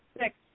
six